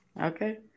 Okay